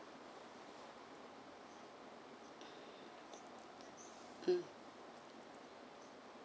mm